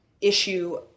issue